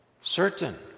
certain